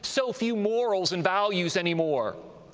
so few morals and values anymore.